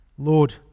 Lord